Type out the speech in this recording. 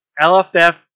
LFF